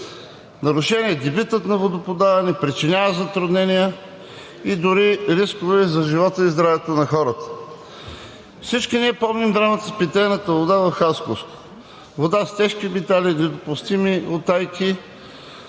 нарушен е дебитът на водоподаване, причинява затруднения и дори рискове за живота и здравето на хората. Всички ние помним драмата с питейната вода в Хасковско. Вода с тежки метали, недопустими утайки,